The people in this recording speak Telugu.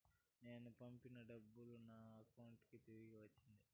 నేను పంపిన డబ్బులు నా అకౌంటు కి తిరిగి వచ్చింది